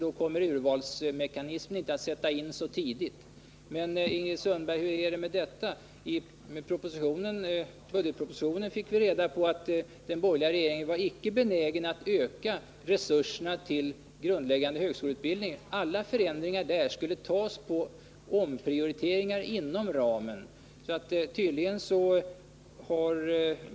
Då kommer urvalsmekanismen inte att få effekt så tidigt. Men, Ingrid Sundberg, hur är det med det? I budgetpropositionen fick vi veta att den borgerliga regeringen icke var benägen att öka resurserna till grundläggande högskoleutredning. Alla förändringar där skulle göras genom omprioriteringar inom den befintliga ramen.